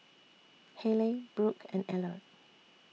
Hayleigh Brook and Eller